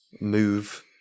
move